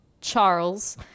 Charles